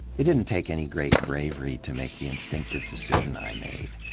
it didn't take any great bravery to make the instinctive decision i made,